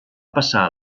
passar